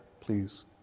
please